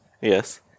Yes